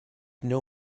know